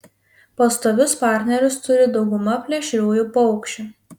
pastovius partnerius turi dauguma plėšriųjų paukščių